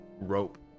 rope